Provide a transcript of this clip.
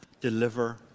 deliver